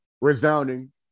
resounding